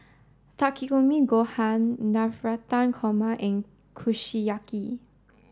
Takikomi Gohan Navratan Korma and Kushiyaki